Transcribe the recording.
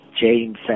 James